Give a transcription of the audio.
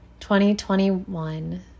2021